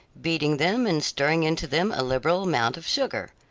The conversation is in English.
beating them and stirring into them a liberal amount of sugar.